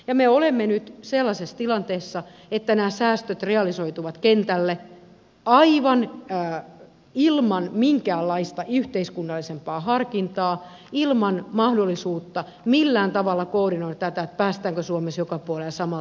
ja me olemme nyt sellaisessa tilanteessa että nämä säästöt realisoituvat kentälle aivan ilman minkäänlaista yhteiskunnallisempaa harkintaa ilman mahdollisuutta millään tavalla koordinoida tätä päästäänkö suomessa joka puolella samalla tavalla koulutukseen